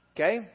Okay